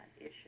issue